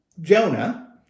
Jonah